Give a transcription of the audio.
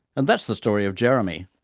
and that's the story of jeremy,